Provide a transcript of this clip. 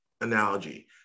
analogy